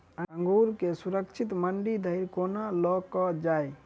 अंगूर केँ सुरक्षित मंडी धरि कोना लकऽ जाय?